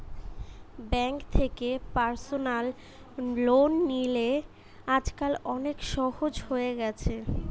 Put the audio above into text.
bank থেকে personal loan লিলে আজকাল অনেক সহজ হয়ে গেছে